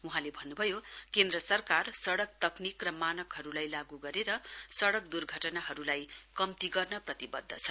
वहाँले भन्न्भयो केन्द्र सरकार सडक तकनिक र मानकहरूलाई लागू गरेर सडक द्र्घटनाहरूलाई कम्ती गर्न प्रतिबद्ध छ